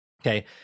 Okay